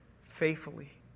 faithfully